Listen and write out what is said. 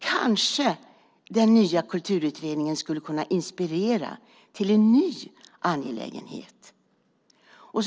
Kanske den nya Kulturutredningen skulle kunna inspirera till en ny angelägenhet?